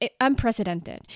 unprecedented